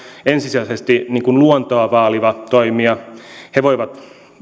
ensisijaisesti luontoa vaaliva toimija he voivat